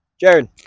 Jared